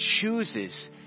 chooses